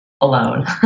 alone